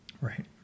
Right